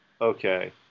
Okay